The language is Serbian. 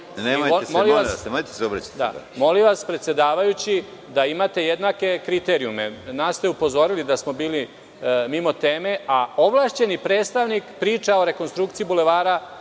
Veselinović** Molim vas predsedavajući da imate jednake kriterijume. Nas ste upozorili da smo bili mimo teme, a ovlašćeni predstavnik priča o rekonstrukciji Bulevara